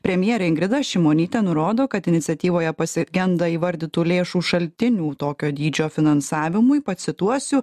premjerė ingrida šimonytė nurodo kad iniciatyvoje pasigenda įvardytų lėšų šaltinių tokio dydžio finansavimui pacituosiu